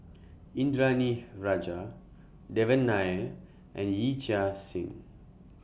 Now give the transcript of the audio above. Indranee Rajah Devan Nair and Yee Chia Hsing